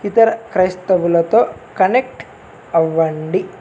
ఇతర క్రైస్తవులతో కనెక్ట్ అవ్వండి